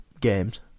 games